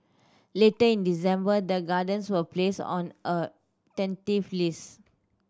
later in December the gardens were placed on a tentative list